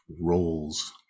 roles